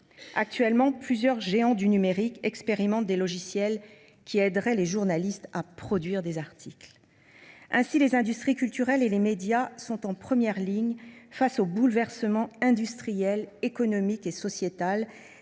outre, plusieurs géants du numérique expérimentent des logiciels qui aideraient les journalistes à produire des articles. Ainsi, les industries culturelles et les médias sont en première ligne face au bouleversement industriel, économique et sociétal